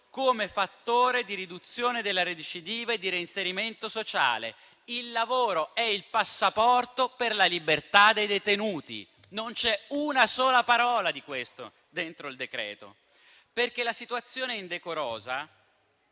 come fattore di riduzione della recidiva e di reinserimento sociale; il lavoro è il passaporto per la libertà dei detenuti e non c'è una sola parola di questo all'interno del decreto-legge. La situazione indecorosa